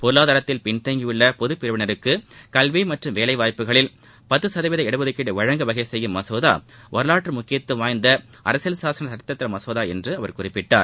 பொருளாதாரத்தில் பின்தங்கியுள்ள பொதுப் பிரிவினருக்கு கல்வி மற்றும் வேலைவாய்ப்புகளில் பத்து சதவீத இடஒதுக்கீடு வழங்க வகை செய்யும் மசோதா வரலாற்று முக்கியத்துவம் வாய்ந்த அரசியல் சாசன சட்டதிருத்த மசோதா என்று அவர் குறிப்பிட்டார்